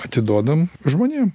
atiduodam žmonėm